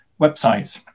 websites